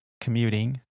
commuting